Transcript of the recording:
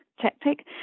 tactic